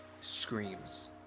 screams